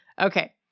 Okay